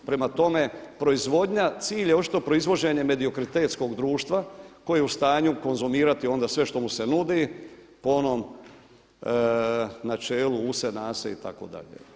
Prema tome, proizvodnja, cilj je očito proizvođenje mediokritetskog društva koje je u stanju konzumirati onda sve što mu se nudi po onom načelu use, nase itd.